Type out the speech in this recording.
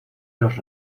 los